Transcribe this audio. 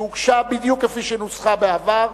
שהוגשה בדיוק כפי שנוסחה בעבר,